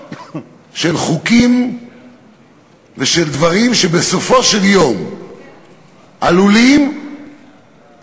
של חוקים ושל דברים שבסופו של יום עלולים להשפיע